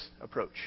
approach